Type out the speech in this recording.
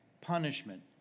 punishment